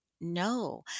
no